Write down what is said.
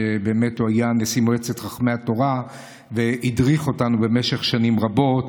הוא היה נשיא מועצת חכמי התורה והדריך אותנו במשך שנים רבות.